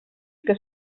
que